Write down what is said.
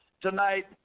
tonight